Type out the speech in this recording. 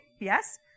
Yes